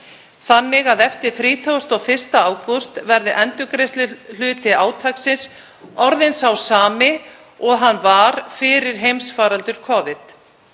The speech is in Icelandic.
þannig að eftir 31. ágúst verði endurgreiðsluhluti átaksins orðinn sá sami og hann var fyrir heimsfaraldur Covid.